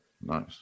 nice